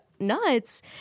nuts